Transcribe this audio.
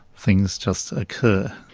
things just occur.